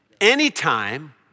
Anytime